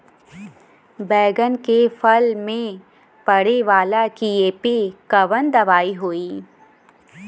बैगन के फल में पड़े वाला कियेपे कवन दवाई होई?